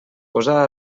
posar